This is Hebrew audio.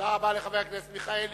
תודה רבה לחבר הכנסת מיכאלי.